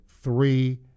three